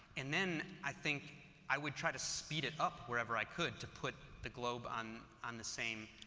and then i think i would try to speed it up wherever i could to put the globe on on the same